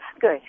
Good